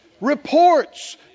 reports